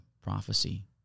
prophecy